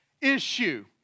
issue